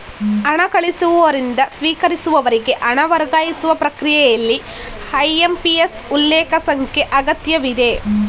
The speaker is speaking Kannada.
ಹಣ ಕಳಿಸುವವರಿಂದ ಸ್ವೀಕರಿಸುವವರಿಗೆ ಹಣ ವರ್ಗಾಯಿಸುವ ಪ್ರಕ್ರಿಯೆಯಲ್ಲಿ ಐ.ಎಂ.ಪಿ.ಎಸ್ ಉಲ್ಲೇಖ ಸಂಖ್ಯೆ ಅಗತ್ಯವಿದೆ